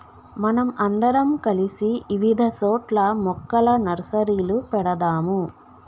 మనం అందరం కలిసి ఇవిధ సోట్ల మొక్కల నర్సరీలు పెడదాము